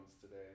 today